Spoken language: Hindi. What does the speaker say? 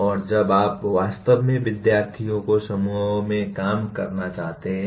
और जब आप वास्तव में विद्यार्थियों को समूहों में काम करना चाहते हैं